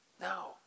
No